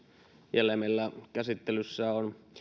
jälleen meillä käsittelyssä on